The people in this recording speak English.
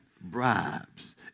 bribes